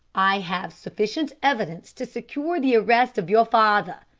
i have sufficient evidence to secure the arrest of your father,